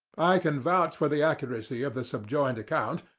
i can vouch for the accuracy of the subjoined account,